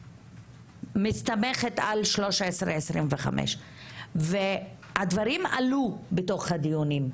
שמסתמכת על 1325. הדברים עלו בתוך הדיונים,